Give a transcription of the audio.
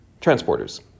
transporters